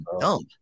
dump